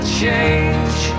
change